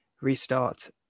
restart